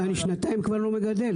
אני שנתיים כבר לא מגדל,